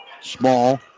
Small